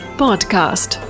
podcast